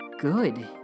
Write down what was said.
good